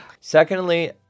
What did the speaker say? Secondly